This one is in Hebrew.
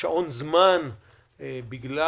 שעון זמן בגלל